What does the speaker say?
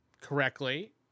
correctly